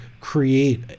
create